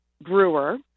Brewer